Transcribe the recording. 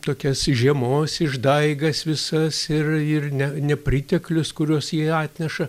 tokias žiemos išdaigas visas ir ir ne nepriteklius kuriuos ji atneša